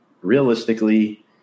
realistically